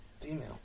female